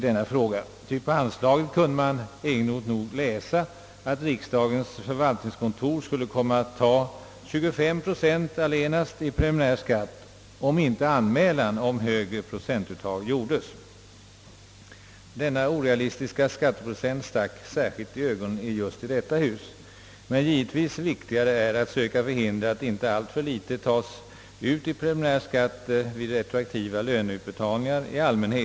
På anslaget kunde man egendomligt nog läsa att riksdagens förvaltningskontor skulle komma att dra allenast 25 procent i preliminär skatt, om inte anmälan om högre procentuttag gjordes. Denna orealistiska skatteprocent stack särskilt i ögonen i detta hus. Men viktigare är givetvis att söka förhindra att inte alltför litet tas ut i preliminär skatt vid retroaktiva löneutbetalningar i allmänhet.